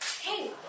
Hey